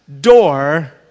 door